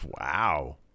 wow